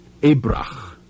Ebrach